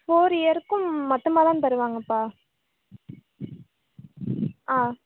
four இயருக்கும் மொத்தமாக தான் தருவாங்கப்பா ஆ